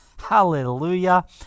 Hallelujah